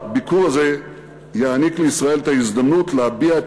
הביקור הזה יעניק לישראל את ההזדמנות להביע את